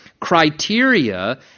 criteria